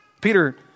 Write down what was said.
Peter